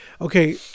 okay